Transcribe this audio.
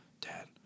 dad